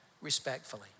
respectfully